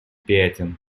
пятен